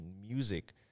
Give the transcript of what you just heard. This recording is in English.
music